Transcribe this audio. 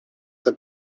the